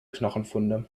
knochenfunde